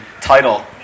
title